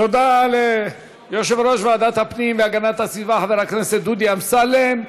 תודה ליושב-ראש ועדת הפנים והגנת הסביבה חבר הכנסת דודי אמסלם.